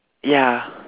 ya